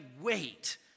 wait